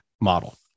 model